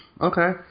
Okay